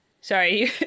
sorry